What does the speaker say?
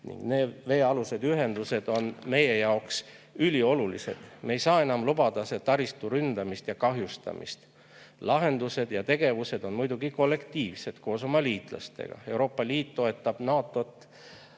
ning need veealused ühendused on meie jaoks üliolulised. Me ei saa enam lubada taristu ründamist ja kahjustamist. Lahendused ja tegevused on muidugi kollektiivsed, koos oma liitlastega. Euroopa Liit toetab NATO-t